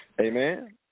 Amen